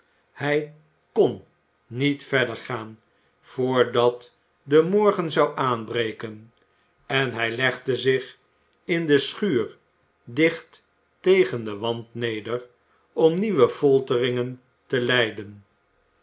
hij kon niet verder gaan voordat de morgen zou aanbreken en hij legde zich in de schuur dicht tegen den wand neder om nieuwe folteringen te lijden